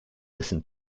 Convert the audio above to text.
listen